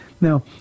Now